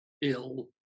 ill